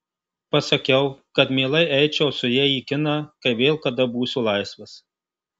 pasakiau kad mielai eičiau su ja į kiną kai vėl kada būsiu laisvas